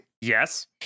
Yes